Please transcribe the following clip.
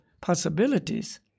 possibilities